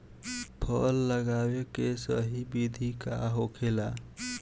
फल लगावे के सही विधि का होखेला?